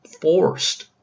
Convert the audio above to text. forced